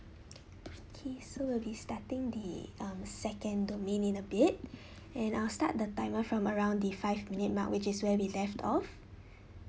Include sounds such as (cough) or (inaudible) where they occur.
okay so we'll be starting the um second domain in a bit (breath) and I'll start the timer from around the five minute mark which is where we left off